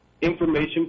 information